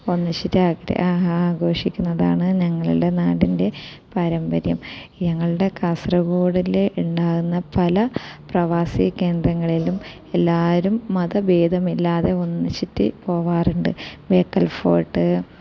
ഒന്നിച്ചിട്ട് ആഘോഷിക്കുന്നതാണ് ഞങ്ങളുടെ നാടിൻ്റെ പാരമ്പര്യം ഞങ്ങളുടെ കാസർഗോഡിലെ ഉണ്ടാവുന്ന പല പ്രവാസി കേന്ദ്രങ്ങളിലും എല്ലാവരും മതഭേദമില്ലാതെ ഒന്നിച്ചിട്ട് പോവാറുണ്ട് ബേക്കൽ ഫോർട്ട്